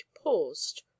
paused